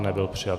Nebyl přijat.